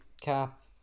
cap